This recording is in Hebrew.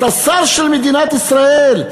אתה שר של מדינת ישראל.